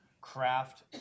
craft